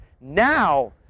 Now